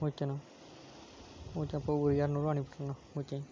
ஓகேண்ணா ஓகே அப்போது ஒரு இரநூறுவா அனுப்பிவுட்றேங்கண்ணா ஓகே